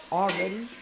already